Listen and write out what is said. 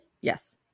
Yes